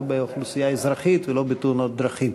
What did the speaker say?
לא באוכלוסייה האזרחית ולא בתאונות דרכים.